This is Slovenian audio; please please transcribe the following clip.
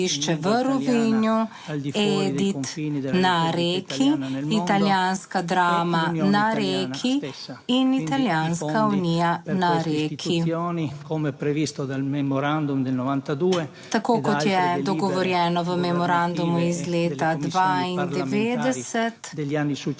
v Rovinju, Edit na Reki, Italijanska drama na Reki in Italijanska unija na Reki, tako kot je dogovorjeno v memorandumu iz leta 1992